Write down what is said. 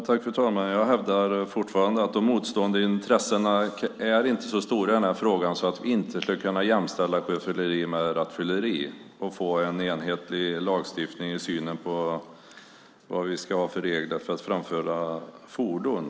Fru talman! Jag hävdar fortfarande att de motstående intressena inte är så stora i den här frågan att vi inte skulle kunna jämställa sjöfylleri med rattfylleri och få en enhetlig lagstiftning när det gäller synen på reglerna för att framföra fordon.